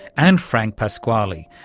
and frank pasquale,